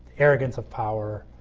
arrogance of power.